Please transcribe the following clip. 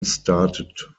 started